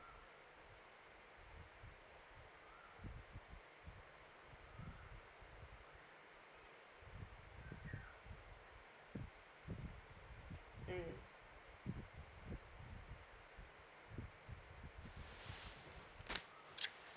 mm